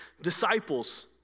disciples